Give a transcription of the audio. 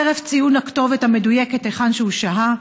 חרף ציון הכתובת המדויקת היכן הוא שוהה,